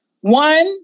One